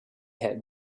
had